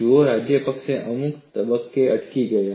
જુઓ રાજપક્ષે અમુક તબક્કે અટકી ગયા